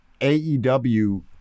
AEW